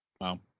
Wow